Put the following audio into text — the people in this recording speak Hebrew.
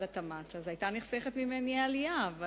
התמ"ת כי אז היתה נחסכת ממני העלייה.